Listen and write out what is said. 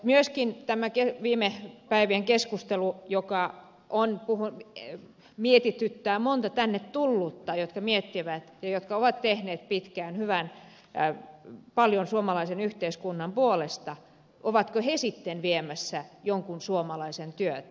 myöskin tämä viime päivien keskustelu mietityttää monta tänne tullutta jotka miettivät ja jotka ovat tehneet pitkään paljon suomalaisen yhteiskunnan puolesta ovatko he sitten viemässä jonkun suomalaisen työtä